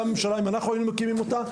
גם אם אנחנו היינו מקימים אותה,